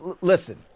Listen